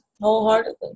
wholeheartedly